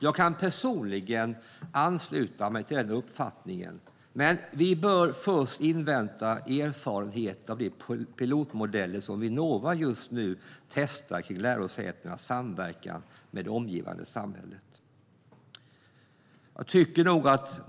Jag kan personligen ansluta mig till den uppfattningen, men vi bör först invänta erfarenheten av de pilotmodeller som Vinnova just nu testar för lärosätenas samverkan med det omgivande samhället.